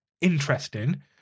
interesting